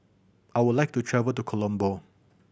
I would like to travel to Colombo